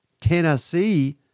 Tennessee